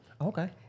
Okay